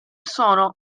sono